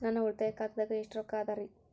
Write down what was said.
ನನ್ನ ಉಳಿತಾಯ ಖಾತಾದಾಗ ಎಷ್ಟ ರೊಕ್ಕ ಅದ ರೇ?